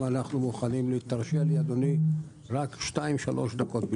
אם אנחנו מוכנים - רק שתיים שלוש דקות.